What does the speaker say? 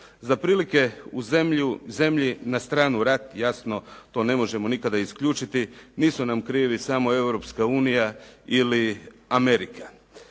Za prilike u zemlji, na stranu rat jasno, to ne možemo nikada isključiti nisu nam krivi samo Europska unija ili Amerika.